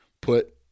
put